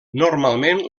normalment